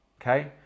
okay